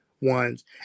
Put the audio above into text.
ones